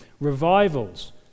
revivals